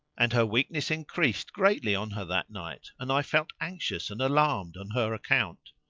and her weakness in. creased greatly on her that night and i felt anxious and alarmed on her account.